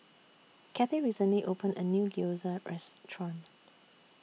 Cathie recently opened A New Gyoza Restaurant